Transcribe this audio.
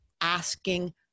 asking